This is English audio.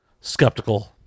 Skeptical